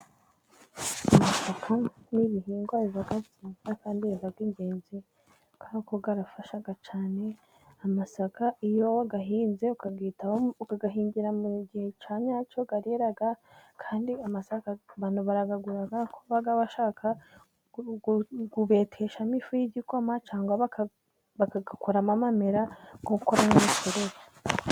Amasaka ni ibihingwa biba byiza kandi biba ingenzi kuko arafasha cyane. Amasaka iyo wayahinze, ukayitaho ukayahingira mu gihe cya nyacyo ,arera kandi barayagura kubashaka kubeteshamo ifu y'igikoma cyangwa bagakoramo amamera nk'uko bamwikoreye.